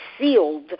sealed